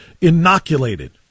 inoculated